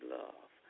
love